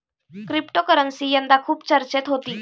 cryptocurrency यंदा खूप चर्चेत होती